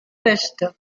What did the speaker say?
peste